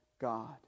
God